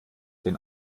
den